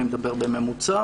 אני מדבר בממוצע,